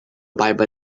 bible